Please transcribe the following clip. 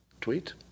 tweet